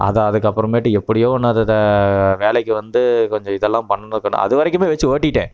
அது அதுக்கப்புறமேட்டு எப்படியோ ஒன்று அதை அதை வேலைக்கு வந்து கொஞ்சம் இதெல்லாம் பண்ணணும் அதுவரைக்குமே வெச்சு ஓட்டிவிட்டேன்